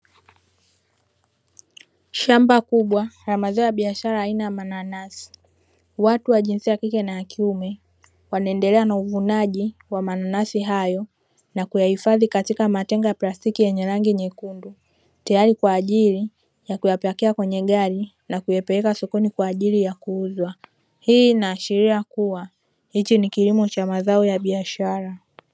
Shamba kubwa la mazao ya biashara aina ya mananasi watu wa jinsia ya kike na ya kiume wanaendelea na uvunaji wa mananasi hayo na kuyahifadhi katika matenga ya plastiki yenye rangi nyekundu, tayari kwa ajili ya kuyapakia kwenye gari na kuyapeleka sokoni kwa ajili ya kuuzwa. Hii inaashiria kuwa hichi ni kilimo cha mazao ya biashara.